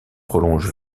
prolonge